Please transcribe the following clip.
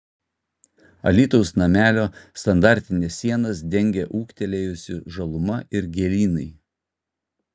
alytaus namelio standartines sienas dengia ūgtelėjusi žaluma ir gėlynai